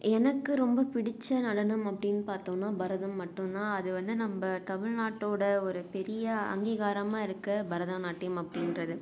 எனக்கு ரொம்ப பிடித்த நடனம் அப்படின்னு பார்த்தோம்னா பரதம் மட்டும் தான் அது வந்து நம்ம தமிழ்நாட்டோடய ஒரு பெரிய அங்கீகாரமாக இருக்குது பரதநாட்டியம் அப்படின்றது